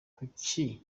kuki